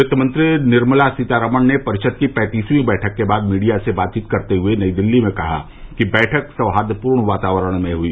वित्तमंत्री निर्मला सीतारमण ने परिषद की पैंतसवीं बैठक के बाद मीडिया से बातचीत करते हुए नई दिल्ली में कहा कि बैठक सौहार्दपूर्ण वातावरण में हुई